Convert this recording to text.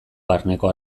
barneko